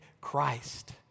Christ